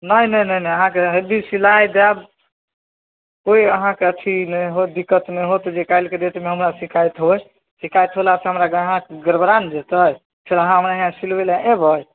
नहि नहि नहि नहि अहाँके हेवी सिलाइ देब कोइ अहाँके अथी नहि हैत दिक्कत नहि हैत जे काल्हिके डेटमे हमरा शिकाइत होइ शिकाइत होलासँ हमरा गाहक गड़बड़ा ने जेतै फेर अहाँ हमरा इहाँ सिलबैलए अएबै